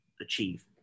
achieve